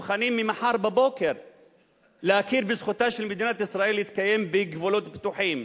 מוכנות ממחר בבוקר להכיר בזכותה של מדינת ישראל להתקיים בגבולות בטוחים.